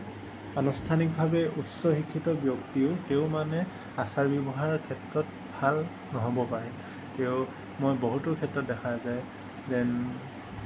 আনুস্থানিকভাৱে উচ্চ শিক্ষিত ব্যক্তিও তেওঁৰ মানে আচাৰ ব্যৱহাৰৰ ক্ষেত্ৰত ভাল নহ'ব পাৰে তেওঁ মই বহুতো ক্ষেত্ৰত দেখা যায় যেন